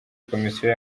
komisiyo